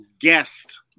guest